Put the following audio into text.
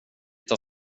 tar